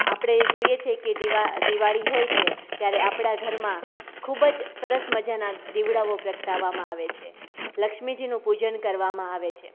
આપણે જોઇએ છીએ કે દિવાળી હોય છે ત્યારે આપણાં ઘરમાં ખૂબ જ સરસ મજાના દીવડાઓ પ્રગટાવવામાં આવે છે લક્ષ્મીજીનું પૂજન કરવામાં આવે છે